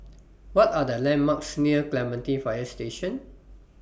What Are The landmarks near Clementi Fire Station